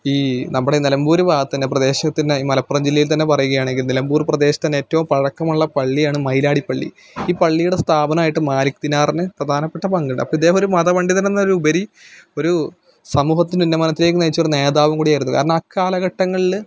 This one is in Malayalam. ഈ നമ്മടെ ഈ നിലമ്പൂര് ഭാഗത്തുതന്നെ പ്രദേശത്തുതന്നെ ഈ മലപ്പുറം ജില്ലയില് തന്നെ പറയുകയാണെങ്കിൽ നിലമ്പൂര് പ്രദേശത്തുതന്നെ ഏറ്റവും പഴക്കമുള്ള പള്ളിയാണ് മയിലാടി പള്ളി ഈ പള്ളിയുടെ സ്ഥാപനമായിട്ട് മാലിക് തിനാറിന് പ്രധാനപ്പെട്ട പങ്കുണ്ട് അപ്പോൾ ഇദ്ദേഹം ഒരു മതപണ്ഡിതനെന്നതിൽ ഉപരി ഒരു സമൂഹത്തിനെ ഉന്നമനത്തിലേക്ക് നയിച്ചൊരു നേതാവും കൂടിയായിരുന്നു കാരണം അക്കാലഘട്ടങ്ങളിൽ